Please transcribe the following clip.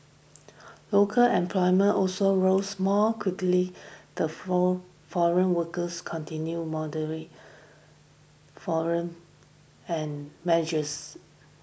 local employment also rose more quickly the flown foreign workers continued moderate foreign and measures